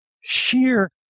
sheer